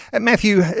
Matthew